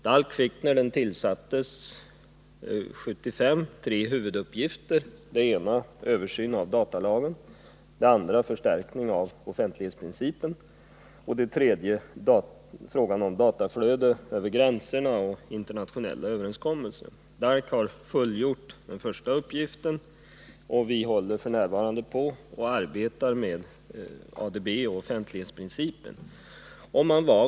DALK fick när den tillsattes 1975 tre huvuduppgifter. Den ena var att göra en översyn av datalagen. Den andra var att utreda en förstärkning av offentlighetsprincipen, och den tredje var att studera frågan om dataflödet över gränserna och internationella överenskommelser. DALK har fullgjort den första uppgiften, och vi arbetar f. n. med frågan om ADB och offentlighetsprincipen.